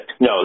No